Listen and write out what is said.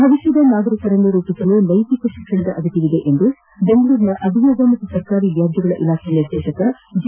ಭವಿಷ್ಯದ ನಾಗರಿಕರನ್ನು ರೂಪಿಸಲು ನೈತಿಕ ಶಿಕ್ಷಣದ ಅಗತ್ಯವಿದೆ ಎಂದು ಬೆಂಗಳೂರಿನ ಅಭಿಯೋಗ ಮತ್ತು ಸರ್ಕಾರಿ ವ್ಯಾಜ್ಯಗಳ ಇಲಾಖೆ ನಿರ್ದೇಶಕ ಜಿ